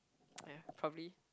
ya probably